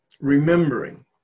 Remembering